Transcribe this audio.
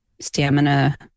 stamina